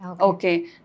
okay